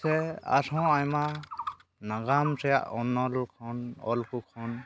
ᱥᱮ ᱟᱨᱦᱚᱸ ᱟᱭᱢᱟ ᱱᱟᱜᱟᱢ ᱨᱮᱭᱟᱜ ᱚᱱᱚᱞᱠᱷᱚᱱ ᱚᱞᱠᱚ ᱠᱷᱚᱱ